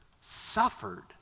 Suffered